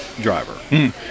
driver